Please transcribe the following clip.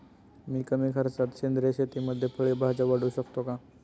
मी कमी खर्चात सेंद्रिय शेतीमध्ये फळे भाज्या वाढवू शकतो का?